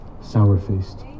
sour-faced